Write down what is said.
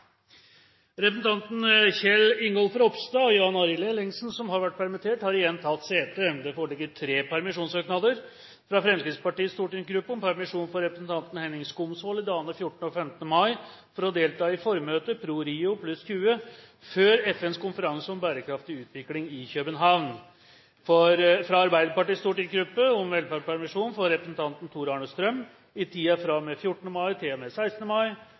Kjell Ingolf Ropstad og Jan Arild Ellingsen, som har vært permittert, har igjen tatt sete. Det foreligger tre permisjonssøknader: fra Fremskrittspartiets stortingsgruppe om permisjon for representanten Henning Skumsvoll i dagene 14. og 15. mai for å delta i formøtet, Pro Rio + 20, før FNs konferanse om bærekraftig utvikling, i København fra Arbeiderpartiets stortingsgruppe om velferdspermisjon for representanten Tor-Arne Strøm i tiden fra og med 14. mai til og med 16. mai